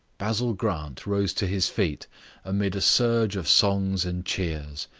basil grant rose to his feet amid a surge of songs and cheers.